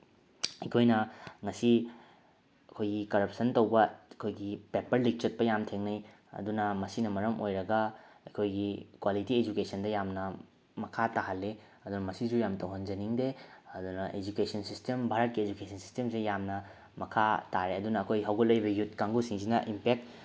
ꯑꯩꯈꯣꯏꯅ ꯉꯁꯤ ꯑꯩꯈꯣꯏꯒꯤ ꯀꯔꯞꯁꯟ ꯇꯧꯕ ꯑꯩꯈꯣꯏꯒꯤ ꯄꯦꯄꯔ ꯂꯤꯛ ꯆꯠꯄ ꯌꯥꯝ ꯊꯦꯡꯅꯩ ꯑꯗꯨꯅ ꯃꯁꯤꯅ ꯃꯔꯝ ꯑꯣꯏꯔꯒ ꯑꯩꯈꯣꯏꯒꯤ ꯀ꯭ꯋꯥꯂꯤꯇꯤ ꯑꯦꯖꯨꯀꯦꯁꯟꯗ ꯌꯥꯝꯅ ꯃꯈꯥ ꯇꯥꯍꯜꯂꯦ ꯑꯗꯨꯅ ꯃꯁꯤꯁꯨ ꯌꯥꯝ ꯇꯧꯍꯟꯖꯅꯤꯡꯗꯦ ꯑꯗꯨꯅ ꯑꯦꯖꯨꯀꯦꯁꯟ ꯁꯤꯁꯇꯦꯝ ꯚꯥꯔꯠꯀꯤ ꯑꯦꯖꯨꯀꯦꯁꯟ ꯁꯤꯁꯇꯦꯝꯁꯤ ꯌꯥꯝꯅ ꯃꯈꯥ ꯇꯥꯔꯦ ꯑꯗꯨꯅ ꯑꯩꯈꯣꯏ ꯍꯧꯒꯠꯂꯛꯏꯕ ꯌꯨꯠ ꯀꯥꯡꯕꯨꯁꯤꯡꯁꯤꯅ ꯏꯝꯄꯦꯛ